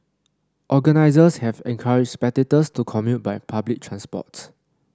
organisers have encouraged spectators to commute by public transport